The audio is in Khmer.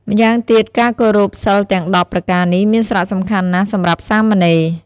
ម្យ៉ាងទៀត ការគោរពសីលទាំង ១០ ប្រការនេះ មានសារៈសំខាន់ណាស់សម្រាប់សាមណេរ។